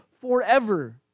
forever